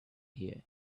here